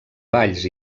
balls